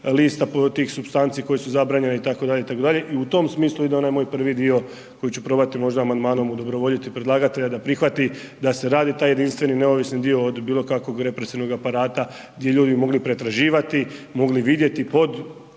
lista, tih supstanci koje su zabranjene itd., itd. i u tom smislu ide onaj moj prvi dio koji ću probati možda amandmanom udobrovoljiti predlagatelja da prihvati da se radi taj jedinstveni neovisni dio od bilo kakvog represivnog aparata gdje bi ljudi mogli pretraživati, mogli vidjeti pod,